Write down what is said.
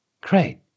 Great